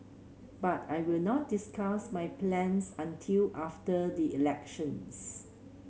but I will not discuss my plans until after the elections